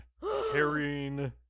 carrying